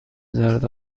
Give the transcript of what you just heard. زرد